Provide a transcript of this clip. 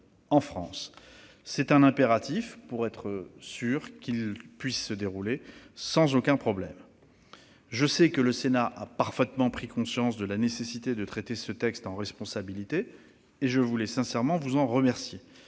en France ; c'est impératif pour assurer que ce scrutin puisse se dérouler sans aucun problème. Je sais que le Sénat a parfaitement pris conscience de la nécessité de traiter ce texte en responsabilité, et je veux sincèrement l'en remercier.